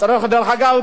יש פליטים,